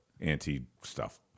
anti-stuff